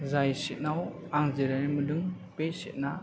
जाय सिथआव आं जिरायनो मोनदों बे सितना